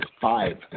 five